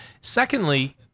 Secondly